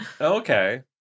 Okay